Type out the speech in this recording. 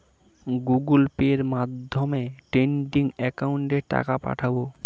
Google Pay মাধ্যমে trading একাউন্টে টাকা পাঠাবো?